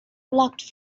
blocked